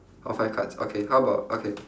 oh five cards okay how about okay